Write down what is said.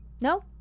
No